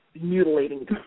mutilating